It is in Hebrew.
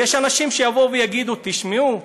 ויש אנשים שיגידו: תשמעו,